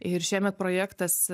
ir šiemet projektas